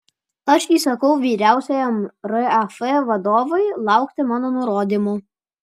aš įsakiau vyriausiajam raf vadui laukti mano nurodymų